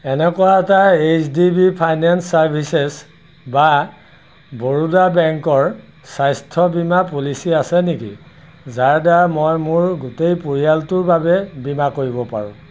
এনেকুৱা এটা H D B finance services বা বৰোদা বেংকৰ স্বাস্থ্য বীমা পলিচী আছে নেকি যাৰ দ্বাৰা মই মোৰ গোটেই পৰিয়ালটোৰ বাবে বীমা কৰিব পাৰোঁ